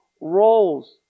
roles